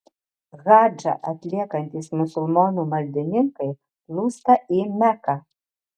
hadžą atliekantys musulmonų maldininkai plūsta į meką